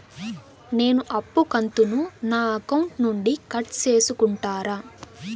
నేను అప్పు కంతును నా అకౌంట్ నుండి కట్ సేసుకుంటారా?